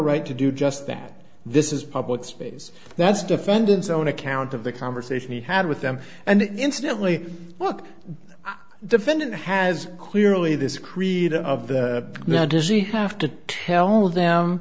right to do just that this is public space that's defendant's own account of the conversation he had with them and incidentally look the defendant has clearly this creed of the not busy have to tell them